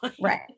right